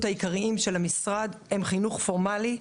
העיקריים של המשרד הם: חינוך פורמלי,